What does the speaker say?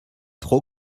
trop